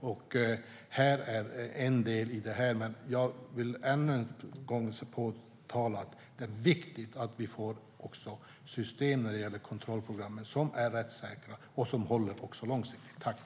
Det här är en del i det, men jag vill ännu en gång framhålla att det är viktigt att vi får system för kontrollprogrammen som är rättssäkra och som också håller långsiktigt.